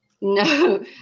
No